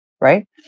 right